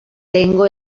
tengo